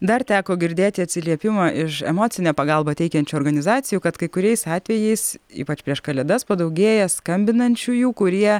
dar teko girdėti atsiliepimą iš emocinę pagalbą teikiančių organizacijų kad kai kuriais atvejais ypač prieš kalėdas padaugėja skambinančiųjų kurie